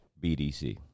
BDC